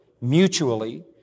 mutually